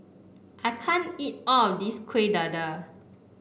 I can't eat all of this Kuih Dadar